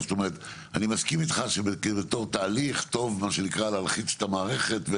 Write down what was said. אני מסכים איתך שבתור תהליך זה טוב להלחיץ את המערכת,